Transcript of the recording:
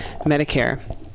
Medicare